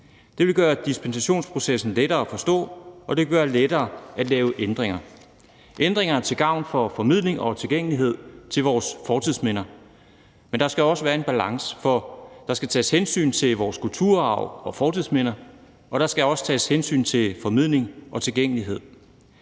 Det vil gøre dispensationsprocessen lettere at forstå, og det vil gøre det lettere at lave ændringer – ændringer til gavn for formidling om og tilgængelighed til vores fortidsminder. Men der skal også være en balance, for der skal tages hensyn til vores kulturarv og fortidsminder, og der skal også tages hensyn til formidling og tilgængelighed.